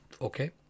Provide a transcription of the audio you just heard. Okay